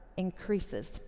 increases